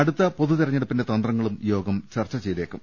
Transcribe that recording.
അടുത്ത പൊതുതെരഞ്ഞെടുപ്പിന്റെ തന്ത്ര ങ്ങളും യോഗം ചർച്ച ചെയ്തേക്കും